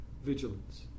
Vigilance